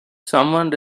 someone